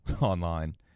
online